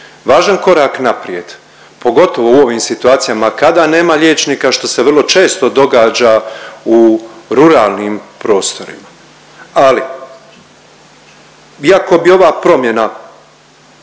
važan korak naprijed. Pogotovo u ovim situacijama kada nema liječnika što se vrlo često događa u ruralnim prostorima ali iako bi ova promjena